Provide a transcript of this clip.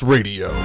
Radio